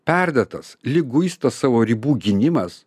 perdėtas liguistas savo ribų gynimas